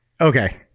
Okay